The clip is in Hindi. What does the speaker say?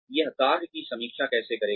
यह कार्य की समीक्षा कैसे करेगा